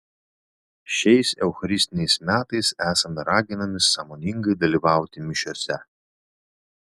šiais eucharistiniais metais esame raginami sąmoningai dalyvauti mišiose